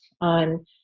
on